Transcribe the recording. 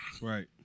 Right